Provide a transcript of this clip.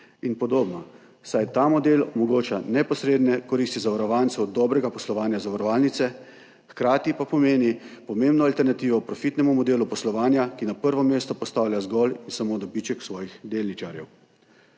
in podobno, saj ta model omogoča neposredne koristi zavarovancev dobrega poslovanja zavarovalnice, hkrati pa pomeni pomembno alternativo profitnemu modelu poslovanja, ki na prvo mesto postavlja zgolj in samo dobiček svojih delničarjev.